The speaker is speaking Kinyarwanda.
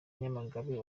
nyamagabe